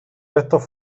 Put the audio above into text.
restos